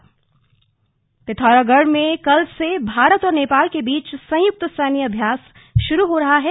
सैन्य अभ्यास पिथौरागढ़ में कल से भारत और नेपाल के बीच संयुक्त सैन्य अभ्यास शुरू हो रहा है